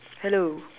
hello